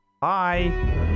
bye